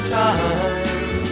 time